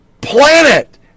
Planet